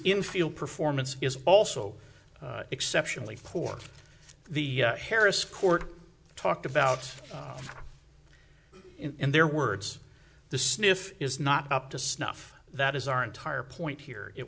infield performance is also exceptionally poor the harris court talked about in their words the sniff is not up to snuff that is our entire point here it